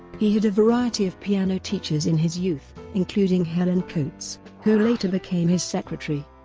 he had a variety of piano teachers in his youth, including helen coates, who later became his secretary.